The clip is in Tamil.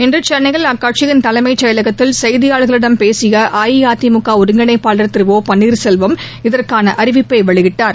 இன்று சென்ளையில் அக்கட்சியின் தலைமையகத்தில் செய்தியாளர்களிடம் பேசிய ஒருங்கிணைப்பாளர் திரு ஒ பன்னீர்செல்வம் இதற்கான அறிவிப்பை வெளியிட்டார்